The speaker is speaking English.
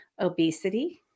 obesity